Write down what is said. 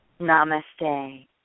Namaste